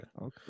Okay